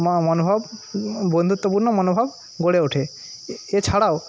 মনোভাব বন্ধুত্বপূর্ণ মনোভাব গড়ে ওঠে এছাড়াও